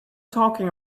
talking